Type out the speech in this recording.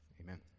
Amen